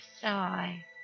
sigh